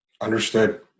Understood